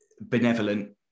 benevolent